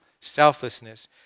selflessness